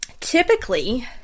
typically